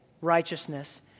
righteousness